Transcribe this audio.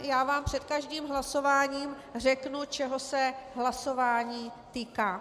Já vám před každým hlasováním řeknu, čeho se hlasování týká.